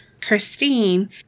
Christine